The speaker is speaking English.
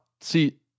see